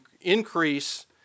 increase